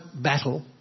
battle